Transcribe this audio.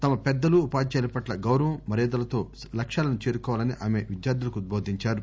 తమ పెద్దలు ఉపాధ్యాయుల పట్ల గౌరవ మర్యాదలతో లక్ష్యాలను చేరుకోవాలని ఆమె విద్యార్థులకు ఉద్బోదించారు